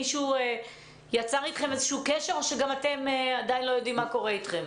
מישהו יצר איתכם קשר או שאתם לא יודעים עדיין מה קורה איתכם.